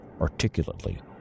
articulately